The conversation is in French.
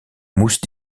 mousse